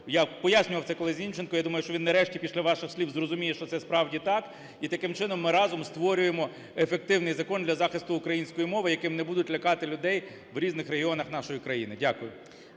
я пояснював це колись Німченку. Я думаю, що він нарешті, після ваших слів зрозуміє, що це справді так, і таким чином ми разом створюємо ефективний закон для захисту української мови, яким не будуть лякати людей в різних регіонах нашої країни. Дякую.